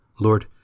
Lord